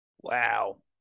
Wow